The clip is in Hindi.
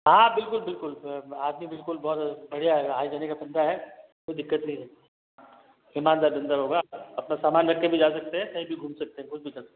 हाँ बिल्कुल बिल्कुल आदमी बिलकुल बहुत बढ़िया है हाईजिनिक का बंदा है कोई दिक्कत नहीं ईमानदार ड्राइवर होगा आपका सामान भी लेके जा सकते है कहीं भी घूम सकते है कोई दिक्कत